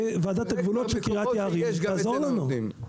בוועדת הגבולות של קרית יערים תעזור לנו.